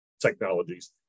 technologies